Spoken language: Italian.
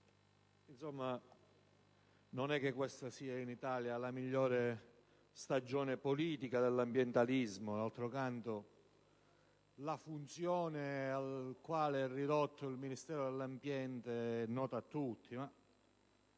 in Italia questa non è la migliore stagione politica dell'ambientalismo; d'altro canto, la funzione cui è ridotto il Ministero dell'ambiente è nota a tutti.